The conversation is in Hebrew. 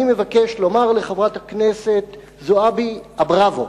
אני אבקש לומר לחברת הכנסת זועבי "אבראוו",